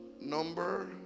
number